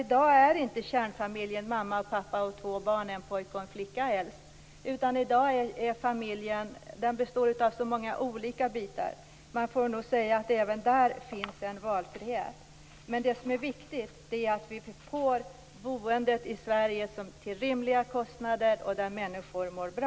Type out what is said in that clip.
I dag är inte kärnfamiljen mamma, pappa och två barn, helst en pojke och en flicka. I dag består familjen av många olika bitar. Man får nog säga att det även där finns en valfrihet. Men det som är viktigt är att vi får ett boende i Sverige till rimliga kostnader och där människor mår bra.